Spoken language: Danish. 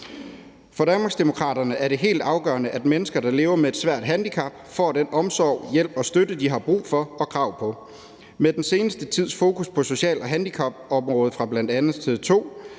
For Danmarksdemokraterne er det helt afgørende, at mennesker, der lever med et svært handicap, får den omsorg, hjælp og støtte, de har brug for og krav på. Med den seneste tids fokus på social- og handicapområdet, bl.a. fra TV